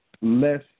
less